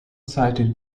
cited